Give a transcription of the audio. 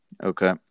Okay